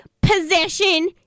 possession